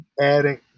adding